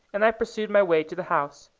and i pursued my way to the house,